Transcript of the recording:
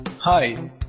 Hi